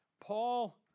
Paul